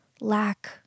lack